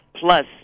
plus